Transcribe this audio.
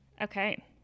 Okay